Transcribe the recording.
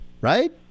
right